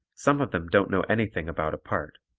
some of them don't know anything about a part.